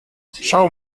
schau